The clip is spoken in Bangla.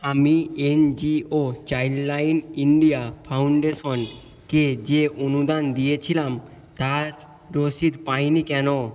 আমি এনজিও চাইল্ডলাইন ইন্ডিয়া ফাউন্ডেশন কে যে অনুদান দিয়েছিলাম তার রসিদ পাইনি কেন